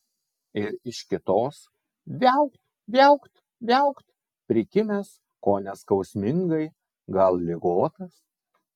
ir iš kitos viaukt viaukt viaukt prikimęs kone skausmingai gal ligotas